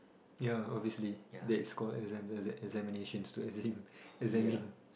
ya obviously that is called exam examinations it's to examine